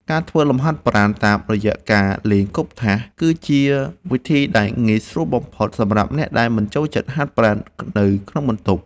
ការធ្វើលំហាត់ប្រាណតាមរយៈការលេងគប់ថាស គឺជាវិធីដែលងាយស្រួលបំផុតសម្រាប់អ្នកដែលមិនចូលចិត្តហាត់ប្រាណនៅក្នុងបន្ទប់។